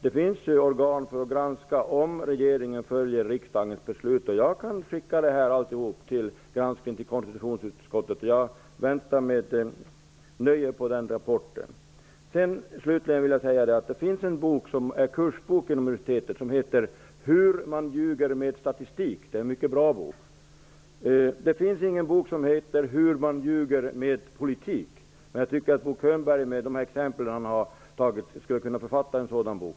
Det finns ju organ som kan granska om regeringen följer riksdagens beslut. Jag kan skicka över alltihop för granskning av konstitutionsutskottet. Jag väntar med spänning på den rapporten. Det finns en bok som används som kurslitteratur vid universitetet. Den heter Hur man ljuger med statistik. Det är en mycket bra bok. Det finns inte någon bok som heter Hur man ljuger med politik, men Bo Könberg skulle med de exempel som han tar upp kunna författa en sådan bok.